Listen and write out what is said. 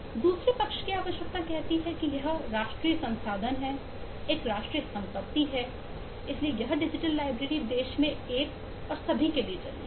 दूसरे पक्ष की आवश्यकता कहती है कि यह राष्ट्रीय संसाधन है एक राष्ट्रीय संपत्ति है इसलिए यह डिजिटल लाइब्रेरी देश में एक और सभी के लिए चलनी चाहिए